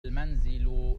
المنزل